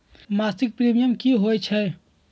मासिक प्रीमियम की होई छई?